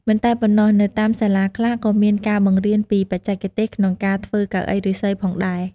មិនតែប៉ុណ្ណោះ នៅតាមសាលាខ្លះ ក៏មានការបង្រៀនពីបច្ចេកទេសក្នងការធ្វើកៅអីឫស្សីផងដែរ។